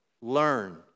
learn